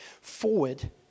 forward